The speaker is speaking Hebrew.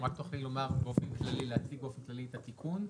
תוכלי להציג באופן כללי את התיקון,